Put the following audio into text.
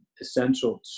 essential